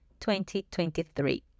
2023